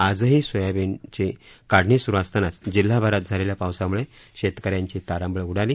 आजही सोयाबीनची काढणी स्रु असतानाच जिल्हाभरात झालेल्या पावसाम्ळे शेतकऱ्यांची तारांबळ उडाली